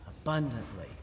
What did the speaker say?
abundantly